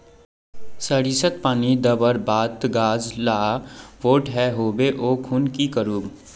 सरिसत पानी दवर बात गाज ला बोट है होबे ओ खुना की करूम?